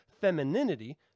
femininity